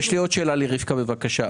יש לי עוד שאלה לרבקה, בבקשה.